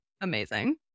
Amazing